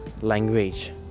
language